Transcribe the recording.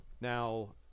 Now